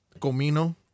comino